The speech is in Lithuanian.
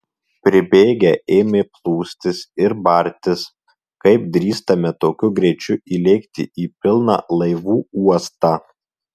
pribėgę ėmė plūstis ir bartis kaip drįstame tokiu greičiu įlėkti į pilną laivų uostą